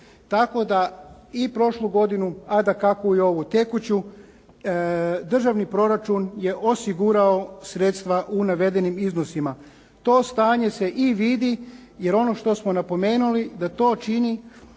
tako da i prošlu godinu a dakako i ovu tekuću državni proračun je osigurao sredstva u navedenim iznosima. To stanje se i vidi jer ono što smo napomenuli da to čini